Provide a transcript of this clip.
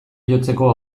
jotzeko